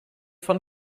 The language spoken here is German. von